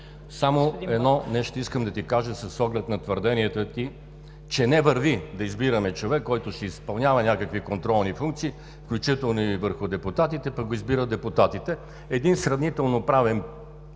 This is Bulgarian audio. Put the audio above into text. Само едно нещо искам да Ви кажа с оглед на твърденията Ви, че не върви да избираме човек, който си изпълнява някакви контролни функции, включително и върху депутатите, пък го избират депутатите. Един сравнително правен